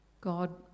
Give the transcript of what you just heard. God